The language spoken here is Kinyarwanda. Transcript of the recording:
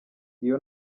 iyo